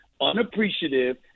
unappreciative